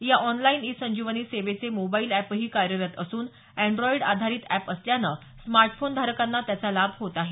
या online e Sanjeevani सेवेचे mobile app ही कार्यरत असून अॅण्ड्राईड आधारीत अॅप असल्यानं स्मार्ट फोन धारकांना त्याचा लाभ होत आहे